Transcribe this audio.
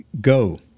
Go